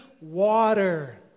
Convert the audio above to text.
water